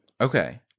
Okay